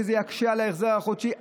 שזה יקשה על ההחזר החודשי.